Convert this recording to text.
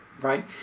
Right